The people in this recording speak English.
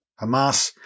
Hamas